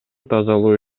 тазалоо